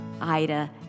Ida